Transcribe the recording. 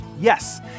Yes